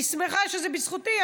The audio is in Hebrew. אני שמחה שזה בזכותי,